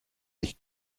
dich